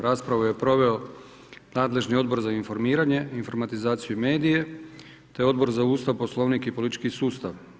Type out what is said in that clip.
Raspravu je proveo nadležni Odbor za informiranje, informatizaciju i medije, te Odbor za Ustav, Poslovnik i politički sustav.